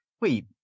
wait